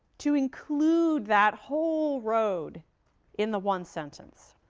to include that whole road in the one sentence.